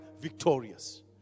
victorious